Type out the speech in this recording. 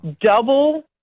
Double